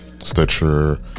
stitcher